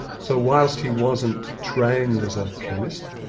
so whilst he wasn't trained as a chemist,